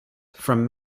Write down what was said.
from